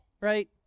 right